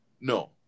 No